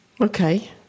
okay